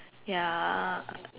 ya